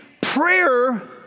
prayer